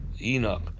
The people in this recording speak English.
Enoch